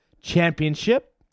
championship